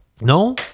no